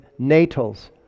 natals